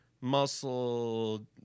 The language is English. muscle